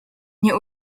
nie